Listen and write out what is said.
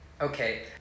Okay